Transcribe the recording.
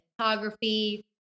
photography